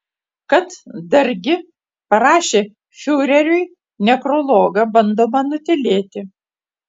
kad dargi parašė fiureriui nekrologą bandoma nutylėti